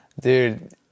dude